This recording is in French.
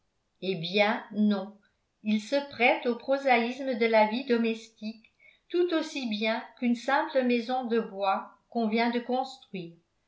eh bien non il se prête au prosaïsme de la vie domestique tout aussi bien qu'une simple maison de bois qu'on vient de construire